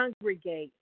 congregate